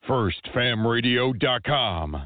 firstfamradio.com